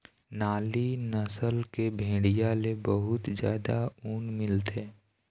नाली नसल के भेड़िया ले बहुत जादा ऊन मिलथे